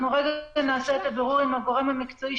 נעשה את הבירור עם הגורם המקצועי,